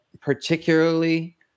particularly